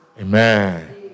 Amen